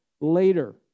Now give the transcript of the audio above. later